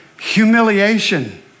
humiliation